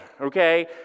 okay